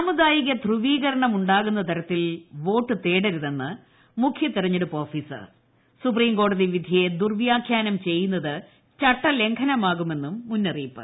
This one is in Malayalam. സാമുദായിക ധ്രൂവ്യീക്രണം ഉണ്ടാകുന്ന തരത്തിൽ വോട്ട് തേടരുതെന്ന് മുഖ്യ തിരഞ്ഞെടുപ്പ് ഓഫീസർ സുപ്രീംകോടതി വിധിയെ ദുർവ്യാഖ്യാനം ചെയ്യുന്നത് ചട്ടലംഘനമാകുമെന്നും മുന്നറിയിപ്പ്